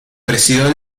presidió